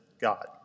God